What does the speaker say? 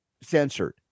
censored